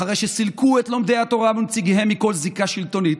אחרי שסילקו את לומדי התורה ונציגיהם מכל זיקה שלטונית,